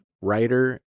writer